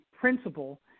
principle